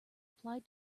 applied